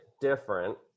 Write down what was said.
different